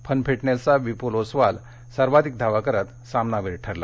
fun फिटनेसचा विपुल ओसवाल सर्वाधिक धावा करत सामनावीर ठरला